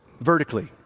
vertically